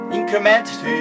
increment